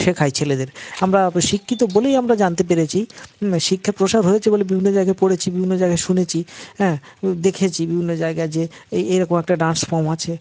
শেখাই ছেলেদের আমরা শিক্ষিত বলেই আমরা জানতে পেরেছি শিক্ষার প্রসার হয়েছে বলে বিভিন্ন জায়গায় পড়েছি বিভিন্ন জায়গায় শুনেছি হ্যাঁ দেখেছি বিভিন্ন জায়গায় যে এই এরকম একটা ডান্স ফর্ম আছে